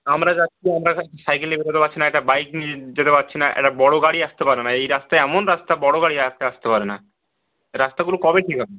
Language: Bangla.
আমরা যাচ্ছি আমরা সাইকেল পারছি না একটা বাইক নিয়ে যেতে পারছি না একটা বড়ো গাড়ি আসতে পারে না এই রাস্তা এমন রাস্তা বড়ো গাড়ি রাস্তায় আসতে পারে না রাস্তাগুলো কবে ঠিক হবে